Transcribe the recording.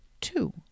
Two